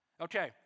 Okay